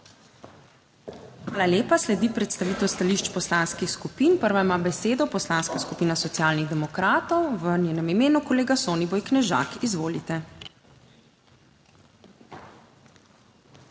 Hvala lepa. Sledi predstavitev stališč poslanskih skupin. Prva ima besedo Poslanska skupina Socialnih demokratov, v njenem imenu kolega Soniboj Knežak. Izvolite. **SONIBOJ